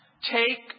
Take